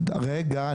רגע.